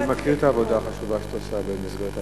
אני מכיר את העבודה החשובה שאת עושה במסגרת,